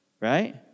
Right